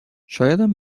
شایدم